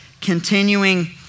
continuing